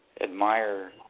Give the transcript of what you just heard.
admire